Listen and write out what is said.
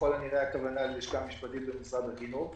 ככל הנראה הכוונה ללשכה המשפטית במשרד החינוך.